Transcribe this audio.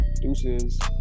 Deuces